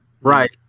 Right